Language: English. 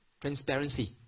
transparency